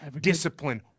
Discipline